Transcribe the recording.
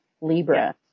Libra